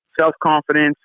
self-confidence